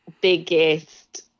biggest